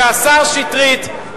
שהשר שטרית,